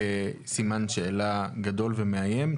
כסימן שאלה גדול ומאיים.